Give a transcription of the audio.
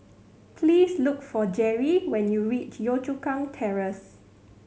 please look for Gerry when you reach Yio Chu Kang Terrace